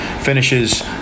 finishes